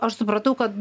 aš supratau kad